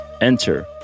Enter